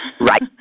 Right